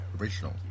original